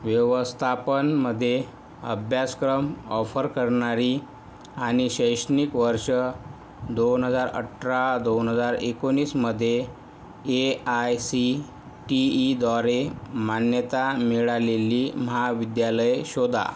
व्यवस्थापनमध्ये अभ्यासक्रम ऑफर करणारी आणि शैक्षणिक वर्ष दोन हजार अठरा दोन हजार एकोणीसमध्ये ए आय सी टी ईद्वारे मान्यता मिळालेली महाविद्यालये शोधा